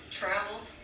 travels